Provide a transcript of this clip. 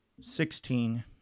Sixteen